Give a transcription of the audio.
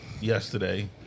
yesterday